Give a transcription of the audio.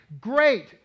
Great